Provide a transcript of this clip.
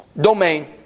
domain